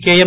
KM